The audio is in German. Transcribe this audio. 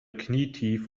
knietief